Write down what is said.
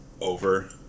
over